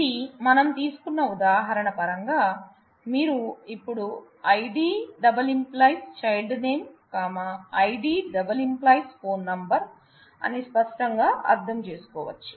ఇది మనం తీసుకున్న ఉదాహరణ పరంగా మీరు ఇప్పుడు ID →→ child nameID →→ phone number అని స్పష్టంగా అర్థం చేసుకోవచ్చు